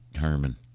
Herman